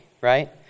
right